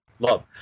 love